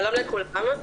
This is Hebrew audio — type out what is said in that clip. שלום לכולם.